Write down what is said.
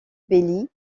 bailly